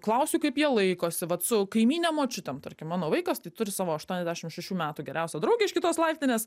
klausiu kaip jie laikosi vat su kaimynėm močiutėm tarkim mano vaikas tai turi savo aštuoniasdešim šešių metų geriausią draugę iš kitos laiptinės